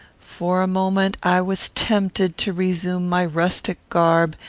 for a moment i was tempted to resume my rustic garb,